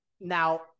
Now –